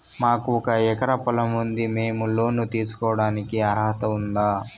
మాకు ఒక ఎకరా పొలం ఉంది మేము లోను తీసుకోడానికి అర్హత ఉందా